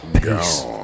Peace